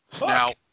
Now